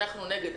אנחנו נגד.